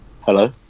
Hello